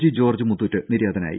G George Muthoot നിര്യാതനായി